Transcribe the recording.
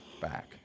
back